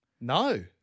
No